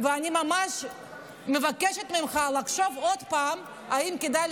אני ממש מבקשת ממך לחשוב עוד פעם אם כדאי,